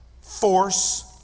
force